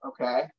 okay